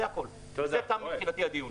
זה מבחינתי הדיון.